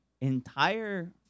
entire